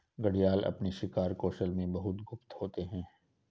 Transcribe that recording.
घड़ियाल अपने शिकार कौशल में बहुत गुप्त होते हैं